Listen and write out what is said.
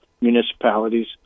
municipalities